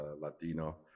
Latino